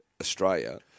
Australia